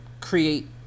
create